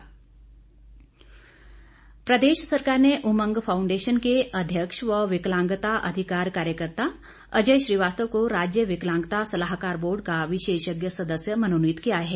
अजय श्रीवास्तव प्रदेश सरकार ने उमंग फाउंडेशन के अध्यक्ष व विकलांगता अधिकार कार्यकर्त्ता अजय श्रीवास्तव को राज्य विकलांगता सलाहकार बोर्ड का विशेषज्ञ सदस्य मनोनीत किया है